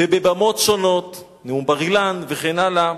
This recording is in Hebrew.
ומעל במות שונות, נאום בר-אילן וכן הלאה,